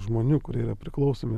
žmonių kurie yra priklausomi